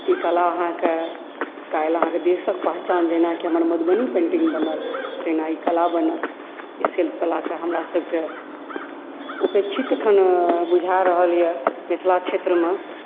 ई कला आहाँके बढ़ायल जाय तऽ आहाँके देशक पहचान जेनाकि हमर मधुबनी पेंटिंग बनल तेना ई कला बनत ई शिल्प कलाके हमरा सबके उपेक्षित एखन बुझा रहल यऽ मिथिला क्षेत्रमे